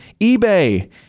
eBay